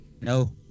no